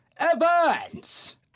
Events